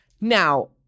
Now